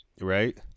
Right